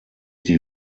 die